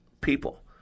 people